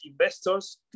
investors